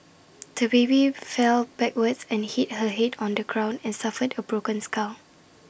the baby fell backwards and hit her Head on the ground and suffered A broken skull